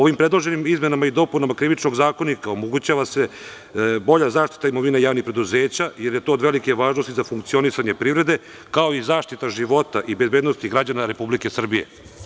Ovim predloženim izmenama i dopunama KZ omogućava se bolja zaštita imovine javnih preduzeća, jer je to od velike važnosti za funkcionisanje privrede, kao i zaštita života i bezbednosti građana Republike Srbije.